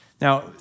Now